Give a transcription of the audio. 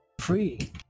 Free